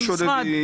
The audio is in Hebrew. לא שונה.